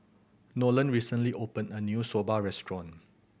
Nolen recently opened a new Soba restaurant